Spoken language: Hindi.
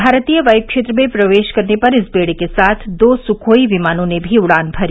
भारतीय वाय् क्षेत्र में प्रवेश करने पर इस बेड़े के साथ दो सुखोई विमानों ने भी उड़ान भरी